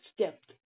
stepped